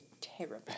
terrible